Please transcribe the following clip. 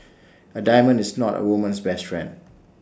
A diamond is not A woman's best friend